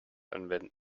anwenden